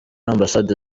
ambasade